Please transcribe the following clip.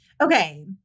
Okay